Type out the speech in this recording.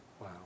wow